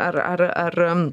ar ar ar